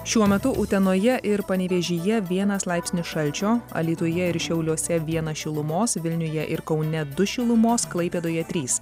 šiuo metu utenoje ir panevėžyje vienas laipsnis šalčio alytuje ir šiauliuose vienas šilumos vilniuje ir kaune du šilumos klaipėdoje trys